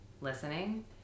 listening